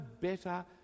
better